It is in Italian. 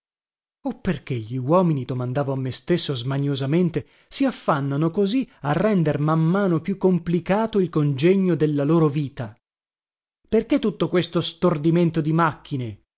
oh perché gli uomini domandavo a me stesso smaniosamente si affannano così a rendere man mano più complicato il congegno della loro vita perché tutto questo stordimento di macchine